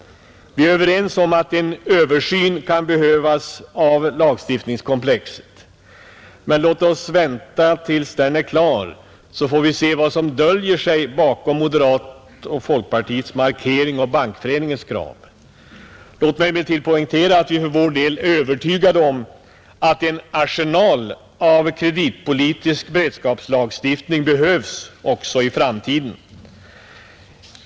Vi är överens om att en översyn kan behövas av lagstiftningskomplexet. Låt oss dock vänta tills denna översyn är klar så får vi se vad som döljer sig bakom moderaternas och folkpartisternas markering av Bankföreningens krav. Låt mig emellertid poängtera att vi för vår del är övertygade om att en arsenal av kreditpolitisk beredskapslagstiftning behövs också i framtiden.